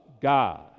God